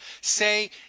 Say